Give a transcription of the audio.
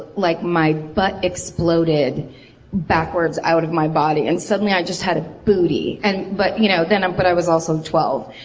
like my butt exploded backwards out of my body. and suddenly i just had a booty. and. but. you know, um but i was also twelve.